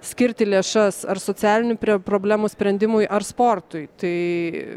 skirti lėšas ar socialinių prie problemų sprendimui ar sportui tai